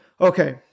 Okay